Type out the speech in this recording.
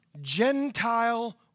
Gentile